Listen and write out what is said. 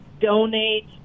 donate